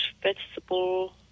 vegetable